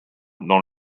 dans